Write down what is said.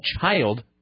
child